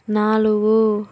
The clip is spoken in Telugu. నాలుగు